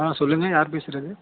ஆ சொல்லுங்கள் யார் பேசுவது